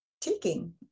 taking